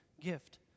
gift